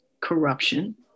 corruption